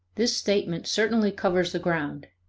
this statement certainly covers the ground.